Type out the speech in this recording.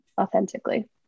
authentically